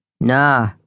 Nah